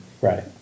Right